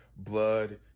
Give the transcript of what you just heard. blood